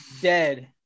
dead